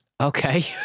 Okay